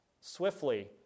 swiftly